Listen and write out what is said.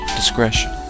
discretion